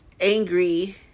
angry